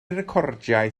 recordiau